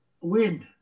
win